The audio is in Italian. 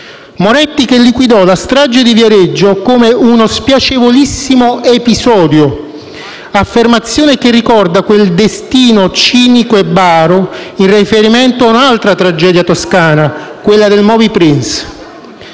Moretti che liquidò la strage di Viareggio come uno «spiacevolissimo episodio», affermazione che ricorda quel «destino cinico e baro» in riferimento a un'altra tragedia toscana, quella del Moby Prince.